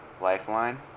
lifeline